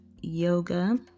yoga